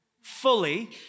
Fully